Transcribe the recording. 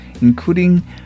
including